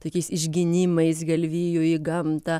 tokiais išginimais galvijų į gamtą